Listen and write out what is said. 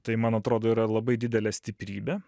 tai man atrodo yra labai didelė stiprybė